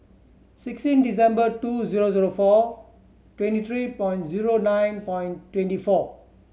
sixteen December two zero zero four twenty three point zero nine point twenty four